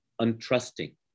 untrusting